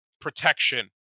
protection